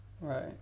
right